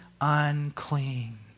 unclean